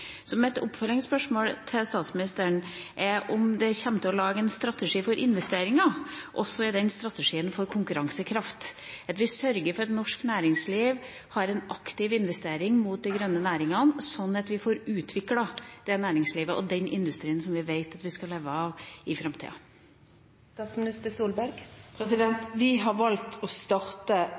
Så mitt oppfølgingsspørsmål til statsministeren er om en kommer til å lage en strategi for investeringer også i den strategien for konkurransekraft – at vi sørger for at norsk næringsliv har en aktiv investering mot de grønne næringene, slik at vi får utviklet det næringslivet og den industrien som vi vet vi skal leve av i framtida? Vi har valgt å starte